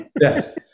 Yes